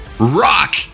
Rock